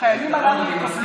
החוק שלי ביום רביעי,